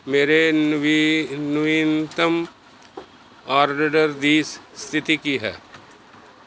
ਮੇਰੇ ਨਵੀ ਨਵੀਨਤਮ ਆਰਡਰ ਦੀ ਸਥਿਤੀ ਕੀ ਹੈ